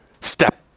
Step